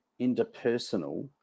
interpersonal